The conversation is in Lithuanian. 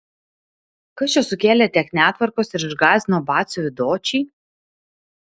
kas čia sukėlė tiek netvarkos ir išgąsdino batsiuvį dočį